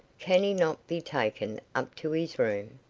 can he not be taken up to his room?